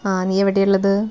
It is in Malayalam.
ആ നീ എവിടെ ഉള്ളത്